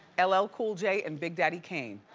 ll cool j, and big daddy kane.